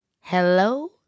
Hello